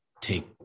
take